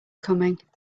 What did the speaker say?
coming